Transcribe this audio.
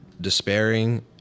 despairing